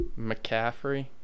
McCaffrey